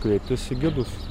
kreiptis į gidus